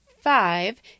five